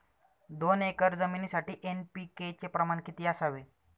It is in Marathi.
दोन एकर जमिनीसाठी एन.पी.के चे प्रमाण किती असावे?